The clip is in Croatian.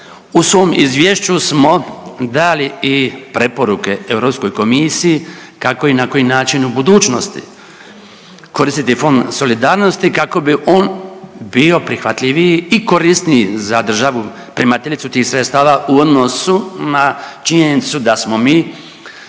u svom izvješću smo dali i preporuke Europskoj komisiji kako i na koji način u budućnosti koristiti Fond solidarnosti kako bi on bio prihvatljiviji i korisniji za državu primateljicu tih sredstava u odnosu na činjenicu da smo mi,